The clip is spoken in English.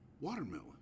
watermelon